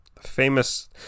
famous